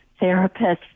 therapists